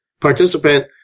participant